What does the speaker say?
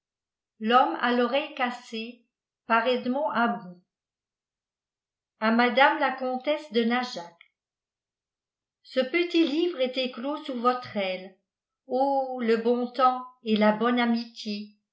à madame la comtesse de najac ce petit livre est éclos sous votre aile oh le bon temps et là bonne amitié